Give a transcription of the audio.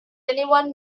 anyone